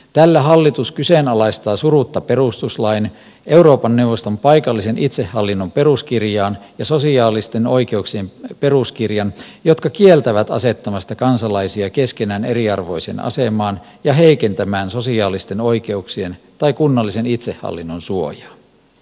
tällä hallitus kyseenalaistaa surutta perustuslain euroopan neuvoston paikallisen itsehallinnon peruskirjan ja sosiaalisten oikeuksien peruskirjan jotka kieltävät asettamasta kansalaisia keskenään eriarvoiseen asemaan ja heikentämään sosiaalisten oikeuksien tai kunnallisen itsehallinnon suojaa